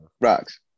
rocks